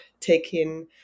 taking